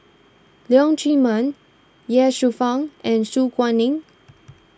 Leong Chee Mun Ye Shufang and Su Guaning